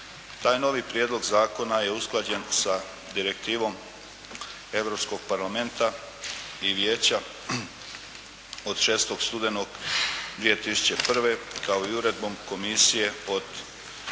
Taj novi prijedlog zakona je usklađen sa Direktivom Europskog parlamenta i Vijeća od 6. studenog 2001. kao i Uredbom Europske komisije od 3.